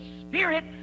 spirit